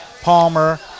Palmer